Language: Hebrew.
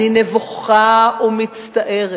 אני נבוכה ומצטערת